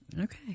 Okay